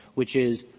which is,